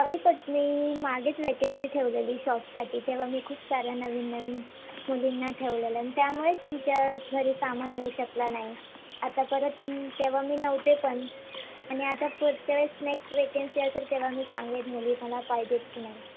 sorry but मी मागितलं आहे त्यांची ठेवलेली शॉपसाठी तेव्हा मी खूप साऱ्या नवीन नवीन मुलींना ठेवलेलं ना त्यामुळेच तुमच्या घरी सामान येऊ शकलं नाही आत्ता परत मी तेव्हा मी नव्हते पण आणि आता पुढच्या वेळेस नेक्स्ट वेकेन्सी असेल तेव्हा मी सांगेल मुली मला पाहिजे आहेत की नाही